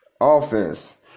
offense